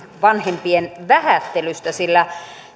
vanhempien vähättelystä sillä